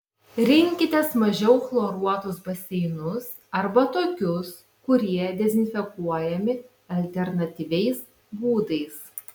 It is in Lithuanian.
rinkitės mažiau chloruotus baseinus arba tokius kurie dezinfekuojami alternatyviais būdais